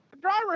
driver